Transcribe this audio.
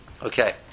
Okay